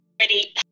Ready